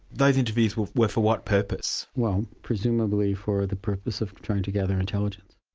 those interviewed were were for what purpose? well presumably for the purpose of trying to gather intelligence.